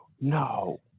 no